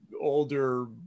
older